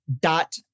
dot